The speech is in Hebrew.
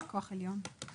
כוח עליון,